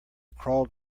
crawled